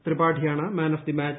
ത്രിപാഠിയാണ് man of the match